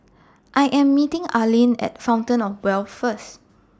I Am meeting Arline At Fountain of Wealth First